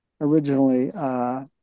originally